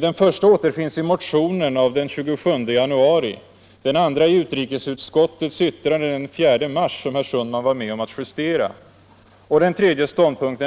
Den första återfanns i motionen av den 27 januari, den andra i utrikesutskottets yttrande den 4 mars, som herr Sundman var med om att justera, och den tredje